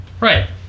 Right